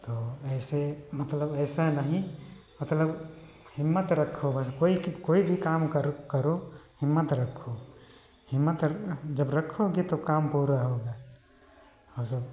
तो ऐसे मतलब ऐसा नहीं मतलब हिम्मत रखो बस कोई कोई भी काम करो करो हिम्मत रखो हिम्मत जब रखोगे तब काम पूरा होगा और सब